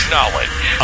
Knowledge